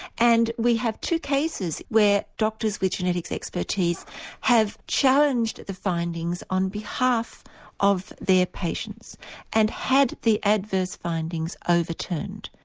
and we have two cases where doctors with genetic expertise have challenged the findings on behalf of their patients and had the adverse findings overturned.